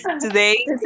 today